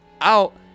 out